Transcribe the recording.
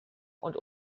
und